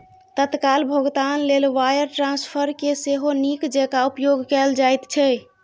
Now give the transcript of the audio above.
तत्काल भोगतान लेल वायर ट्रांस्फरकेँ सेहो नीक जेंका उपयोग कैल जाइत छै